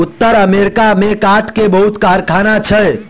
उत्तर अमेरिका में काठ के बहुत कारखाना छै